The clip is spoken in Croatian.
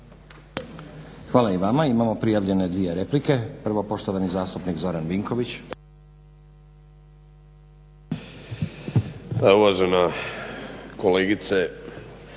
Hvala i vama. Imamo prijavljene dvije replike. Prvo poštovani zastupnik Zoran Vinković. **Vinković,